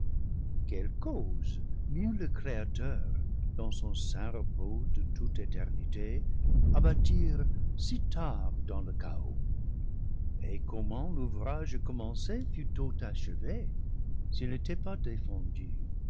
quelle cause mut le créateur dans son saint repos de toute éternité à bâtir si tard dans le chaos et comment l'ouvrage commencé fut tôt achevé s'il ne t'est pas défendu